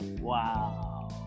Wow